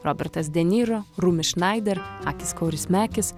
robertas de niro rumi šnaider akis kaurismekis